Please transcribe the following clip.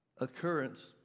occurrence